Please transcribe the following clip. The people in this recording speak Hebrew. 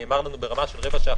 נאמר לנו ברמה של רבע שעה,